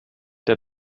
der